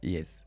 Yes